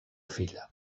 filla